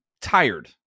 tired